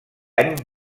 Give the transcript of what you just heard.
any